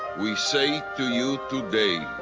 we say to you today,